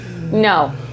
no